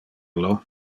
illo